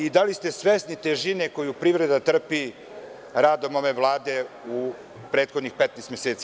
Da li ste svesni težine koju privreda trpi radom ove Vlade u prethodnih 15 meseci?